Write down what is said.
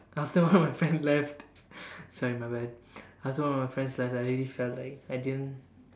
after one of my friend left sorry my bad after one of my friends left I really felt that I didn't